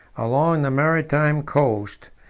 along the maritime coast,